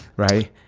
right